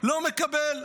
לא מקבל,